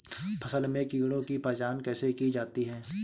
फसल में कीड़ों की पहचान कैसे की जाती है?